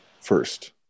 first